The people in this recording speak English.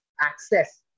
access